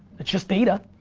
it's just data,